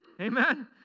Amen